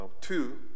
Two